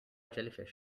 jellyfish